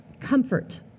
comfort